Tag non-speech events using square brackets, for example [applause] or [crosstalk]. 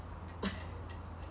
[laughs]